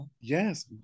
Yes